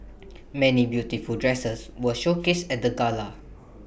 many beautiful dresses were showcased at the gala